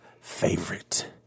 favorite